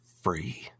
free